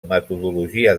metodologia